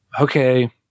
Okay